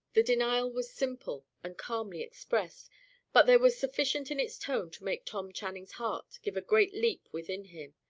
the denial was simple, and calmly expressed but there was sufficient in its tone to make tom channing's heart give a great leap within him.